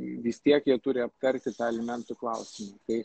vis tiek jie turi aptarti tą alimentų klausimą tai